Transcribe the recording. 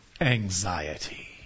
anxiety